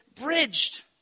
bridged